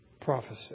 prophecy